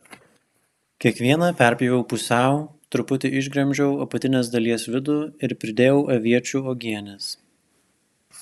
kiekvieną perpjoviau pusiau truputį išgremžiau apatinės dalies vidų ir pridėjau aviečių uogienės